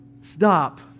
Stop